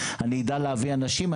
אני אדע להביא אנשים,